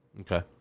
Okay